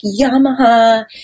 Yamaha